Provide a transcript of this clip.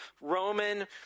Roman